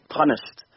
punished